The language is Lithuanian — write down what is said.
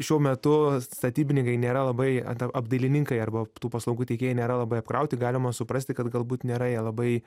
šiuo metu statybininkai nėra labai ad apdailininkai arba tų paslaugų teikėjai nėra labai apkrauti galima suprasti kad galbūt nėra jie labai